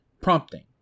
prompting